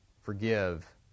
forgive